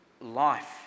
life